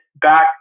back